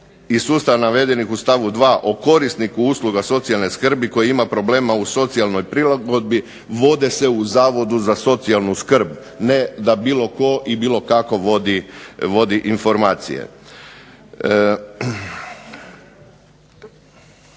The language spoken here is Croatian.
iz sustava navedenih u stavku 2. o korisniku usluga socijalne skrbi koji ima problema u socijalnoj prilagodbi vode se u Zavodu za socijalnu skrb, ne da bilo tko i bilo kako vodi informacije.